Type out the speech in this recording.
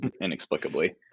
inexplicably